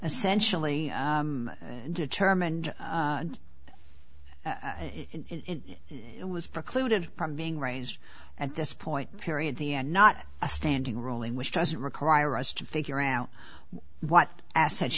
essentially determined it was precluded from being raised at this point period the end not a standing ruling which doesn't require us to figure out what assets